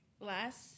last